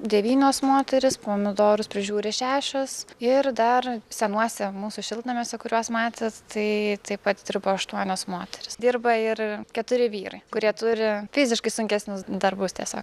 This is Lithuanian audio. devynios moterys pomidorus prižiūri šešios ir dar senuose mūsų šiltnamiuose kuriuos matėt tai taip pat dirbo aštuonios moterys dirba ir keturi vyrai kurie turi fiziškai sunkesnius darbus tiesiog